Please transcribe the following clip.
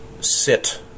sit